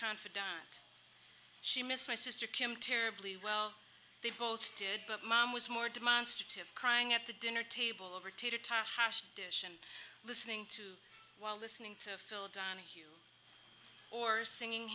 confidant she missed my sister kim terribly well they both did but mom was more demonstrative crying at the dinner table over to dish and listening to while listening to phil donahue or singing